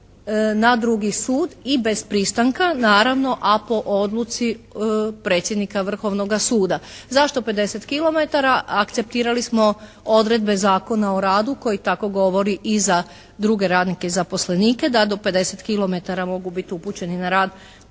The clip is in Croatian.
na drugi sud i bez pristanka naravno, a po odluci predsjednika Vrhovnoga suda. Zašto 50 kilometara? Akceptirali smo odredbe Zakona o radu koji tako govori i za druge radnike i zaposlenike da do 50 kilometara mogu biti upućeni na rad